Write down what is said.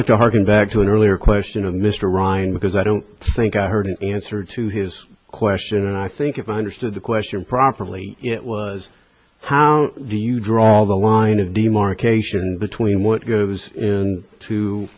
like to harken back to an earlier question of mr rhine because i don't think i heard an answer to his question and i think if i understood the question properly it was how do you draw the line of demarcation between what goes in to